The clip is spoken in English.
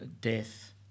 death